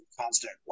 Constant